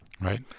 Right